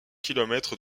kilomètre